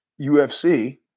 UFC